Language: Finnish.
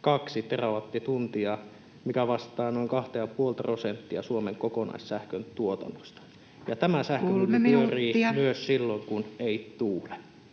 kaksi terawattituntia, mikä vastaa noin 2,5 prosenttia Suomen kokonaissähkön tuotannosta, ja tämä sähkö [Puhemies: 3 minuuttia!] pyörii myös silloin, kun ei tuule.